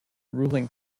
ruling